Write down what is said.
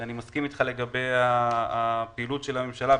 אני מסכים איתך לגבי הפעילות של הממשלה.